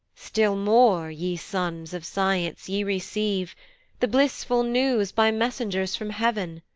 still more, ye sons of science ye receive the blissful news by messengers from heav'n,